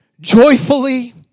joyfully